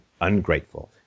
ungrateful